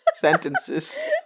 Sentences